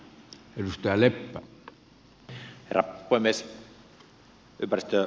arvoisa herra puhemies